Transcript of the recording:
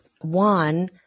one